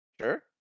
Sure